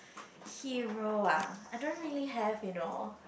hero ah I don't really have you know